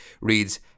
reads